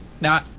Now